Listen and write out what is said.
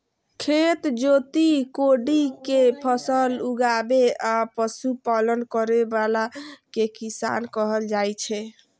खेत जोति कोड़ि कें फसल उगाबै आ पशुपालन करै बला कें किसान कहल जाइ छै